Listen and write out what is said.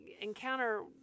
encounter